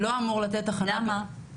למה?